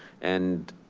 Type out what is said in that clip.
and